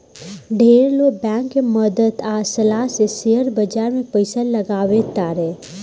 ढेर लोग बैंक के मदद आ सलाह से शेयर बाजार में पइसा लगावे तारे